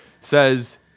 says